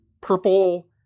purple